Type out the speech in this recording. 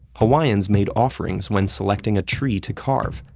hawaiians made offerings when selecting a tree to carve,